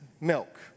milk